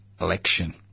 election